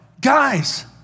guys